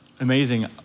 amazing